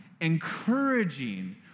encouraging